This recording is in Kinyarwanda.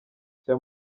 nshya